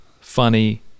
funny